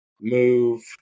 move